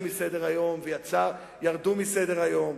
מסדר-היום וחלקן לפחות ירדו מסדר-היום.